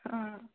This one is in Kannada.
ಹಾಂ